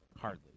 Hardly